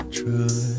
try